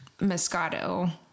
Moscato